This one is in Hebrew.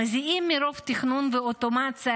מזיעים מרוב תכנון ואוטומציה.